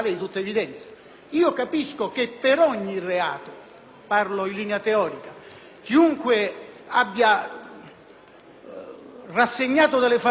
parlo in linea teorica, chiunque abbia rassegnato delle falsità agli inquirenti possa ritrattare ed essere dichiarato non punibile,